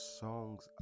songs